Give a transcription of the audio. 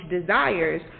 desires